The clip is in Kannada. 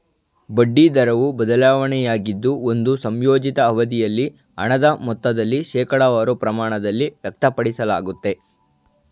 ಬಡ್ಡಿ ದರವು ಬದಲಾವಣೆಯಾಗಿದ್ದು ಒಂದು ಸಂಯೋಜಿತ ಅವಧಿಯಲ್ಲಿ ಹಣದ ಮೊತ್ತದಲ್ಲಿ ಶೇಕಡವಾರು ಪ್ರಮಾಣದಲ್ಲಿ ವ್ಯಕ್ತಪಡಿಸಲಾಗುತ್ತೆ